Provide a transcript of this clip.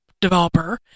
developer